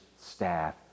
staff